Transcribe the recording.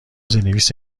زیرنویس